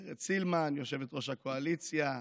גב' סילמן יושבת-ראש הקואליציה,